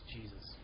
Jesus